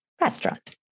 Restaurant